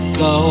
go